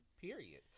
Period